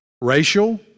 racial